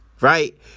right